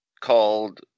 called